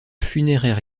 funéraire